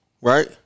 right